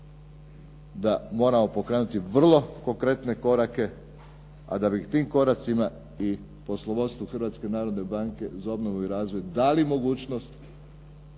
da moramo pokrenuti vrlo konkretne korake, a da bi tim koracima i poslovodstvo Hrvatske narodne banke za obnovu i razvoj dali mogućnost